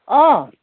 অঁ